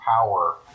power